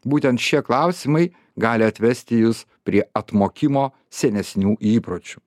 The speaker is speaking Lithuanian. būtent šie klausimai gali atvesti jus prie atmokimo senesnių įpročių